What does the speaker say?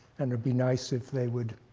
and it'd be nice if they would